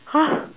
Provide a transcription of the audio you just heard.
!huh!